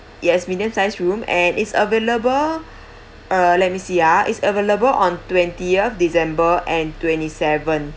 yes medium size room and it's available uh let me see ah it's available on twentieth december and twenty seventh